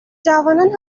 جوانان